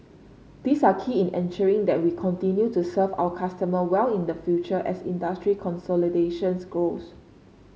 these are key in ensuring that we continue to serve our customer well in the future as industry consolidations grows